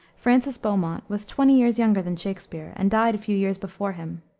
francis beaumont was twenty years younger than shakspere, and died a few years before him.